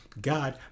God